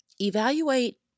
evaluate